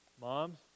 moms